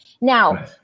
Now